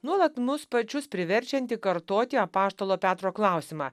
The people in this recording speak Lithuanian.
nuolat mus pačius priverčiantį kartoti apaštalo petro klausimą